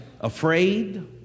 afraid